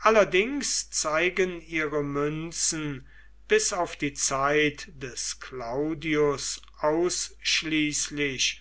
allerdings zeigen ihre münzen bis auf die zeit des claudius ausschließlich